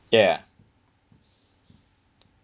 ya